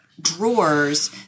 Drawers